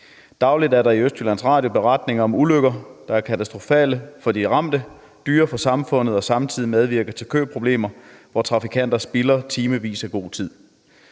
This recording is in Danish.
Dagligt er der i Østjyllands Radio beretninger om ulykker, der er katastrofale for de ramte og dyre for samfundet, samtidig med at de medvirker til at skabe køproblemer, hvor trafikanter spilder timevis af god tid.